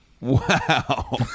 Wow